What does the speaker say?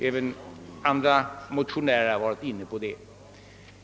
även andra motionärer har varit inne på detta.